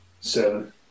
seven